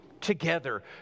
together